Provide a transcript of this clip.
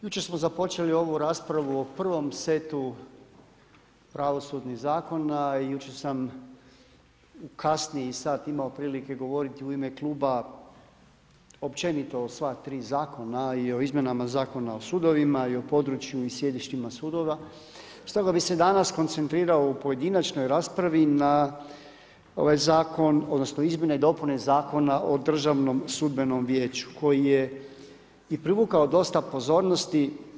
Jučer smo započeli ovu raspravu o prvom setu pravosudnih zakona i jučer sam u kasniji sat imao prilike govoriti u ime kluba općenito o sva tri zakona i izmjenama Zakona o sudovima i području i sjedištima sudova, stoga bi se danas koncentrirao u pojedinačnoj raspravi na ovaj zakon odnosno izmjene i dopune Zakona o Državnom sudbenom vijeću koji je i privukao dosta pozornosti.